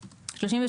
לתיקון.